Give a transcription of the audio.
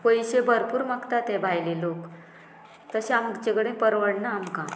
पयशे भरपूर मागता ते भायले लोक तशे आमचे कडेन परवडना आमकां